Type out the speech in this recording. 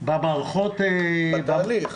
בתהליך.